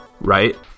right